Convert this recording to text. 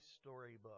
storybook